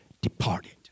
departed